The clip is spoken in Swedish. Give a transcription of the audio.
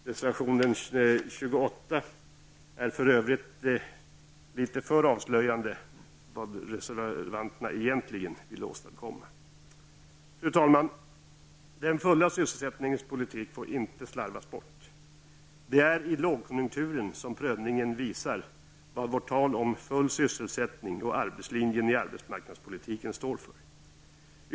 Reservationen 28 är för övrigt litet väl avslöjande när det gäller det som reservanterna egentligen vill åstadkomma. Fru talman! Den fulla sysselsättningens politik får inte slarvas bort. Det är i en lågkonjunktur som prövningen visar vad vårt tal om full sysselsättning och om arbetslinjen i arbetsmarknadspolitiken står för.